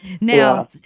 Now